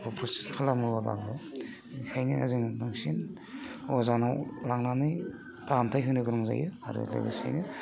operation खालामो बाङो ओंखायनो जोङो बांसिन अजानाव लांनानै फाहामथाय होनोगोनां जायो आरो लोगोसेनो